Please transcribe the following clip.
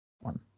one